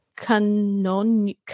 Canon